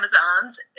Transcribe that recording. Amazons